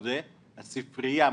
הספרייה,